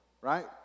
right